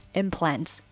implants